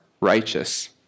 Righteous